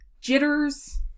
Jitters